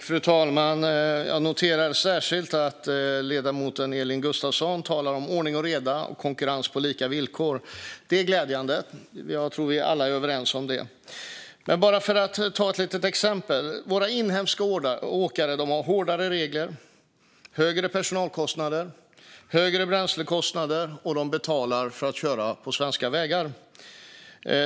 Fru talman! Jag noterar särskilt att ledamoten Elin Gustafsson talar om ordning och reda och konkurrens på lika villkor. Det är glädjande. Jag tror att vi alla är överens om det. Men bara för att ta ett litet exempel: Våra inhemska åkare har hårdare regler, högre personalkostnader och högre bränslekostnader, och de betalar för att köra på svenska vägar.